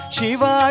Shiva